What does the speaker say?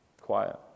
Quiet